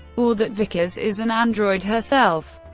or that vickers is an android herself.